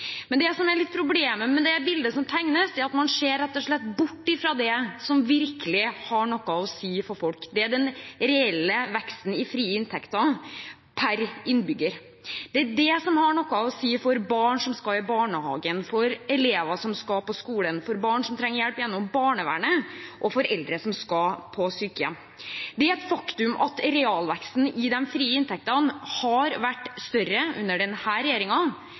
Men litt av problemet med det bildet som tegnes, er at man rett og slett ser bort fra det som virkelig har noe å si for folk, og det er den reelle veksten i frie inntekter per innbygger. Det er det som har noe å si for barn som skal i barnehagen, for elever som skal på skolen, for barn som trenger hjelp gjennom barnevernet, og for eldre som skal på sykehjem. Det er et faktum at realveksten i de frie inntektene har vært større under denne regjeringen enn den